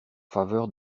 faveur